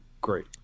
great